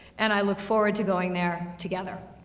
and i look forward to going there together.